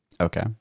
Okay